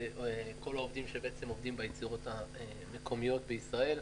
כל העובדים שעובדים ביצירות המקומיות בישראל.